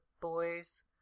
boys